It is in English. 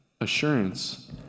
assurance